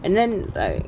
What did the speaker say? and then like